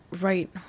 right